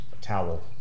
towel